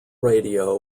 radio